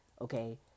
Okay